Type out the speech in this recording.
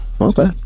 Okay